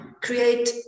create